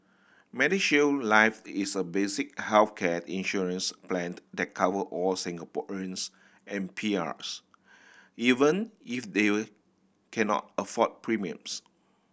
MediShield Life is a basic healthcare insurance plan that cover all Singaporeans and P Rs even if they cannot afford premiums